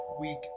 week